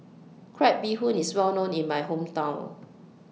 Crab Bee Hoon IS Well known in My Hometown